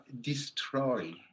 destroy